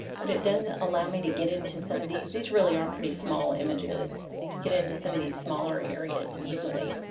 but it does allow me to get into some of these these really are pretty small images to get into some of these smaller areas easily